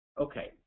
Okay